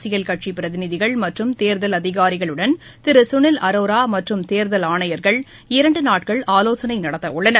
அரசியல் கட்சிபிரதிநிதிகள் மற்றும் தேர்தல் அதிகாரிகளுடன் திருசுனில் அரோராமற்றும் தேர்தல் ஆணையர்கள் இரண்டுநாட்கள் ஆலோசனைநடத்தவுள்ளனர்